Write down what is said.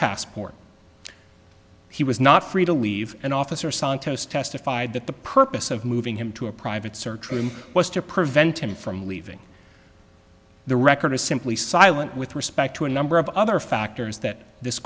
passport he was not free to leave and officer santos testified that the purpose of moving him to a private search room was to prevent him from leaving the record is simply silent with respect to a number of other factors that this